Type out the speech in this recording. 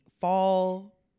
fall